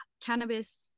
cannabis